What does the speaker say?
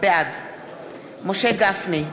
בעד משה גפני,